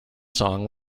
song